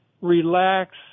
relax